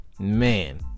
man